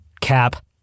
Cap